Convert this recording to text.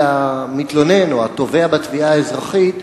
שלמתלונן, או התובע בתביעה האזרחית,